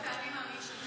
את ה"אני מאמין" שלך.